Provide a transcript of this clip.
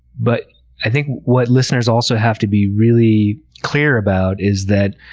but i think what listeners also have to be really clear about is that